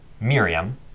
miriam